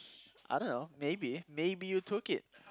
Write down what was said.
I don't know maybe maybe you took it